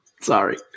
Sorry